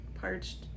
Parched